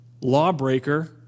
lawbreaker